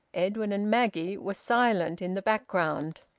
edwin and maggie were silent in the background.